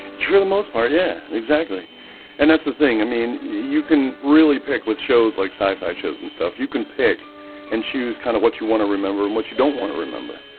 you're the most part yeah exactly and that's the thing i mean you can really pick with shows like sci-fi shows and stuff you can pick and choose kind of what you want to remember and what you don't want to remember?